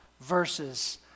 verses